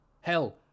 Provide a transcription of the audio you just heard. Hell